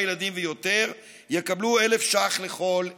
ילדים ויותר יקבלו 1,000 שקלים לכל ילד.